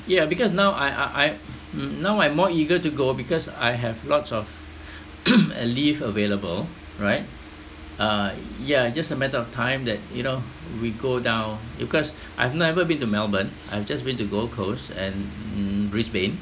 ya because now I I I mm now I'm more eager to go because I have lots of uh leave available right uh ya just a matter of time that you know we go down because I've never been to melbourne I've just been to gold coast and mm brisbane